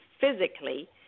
physically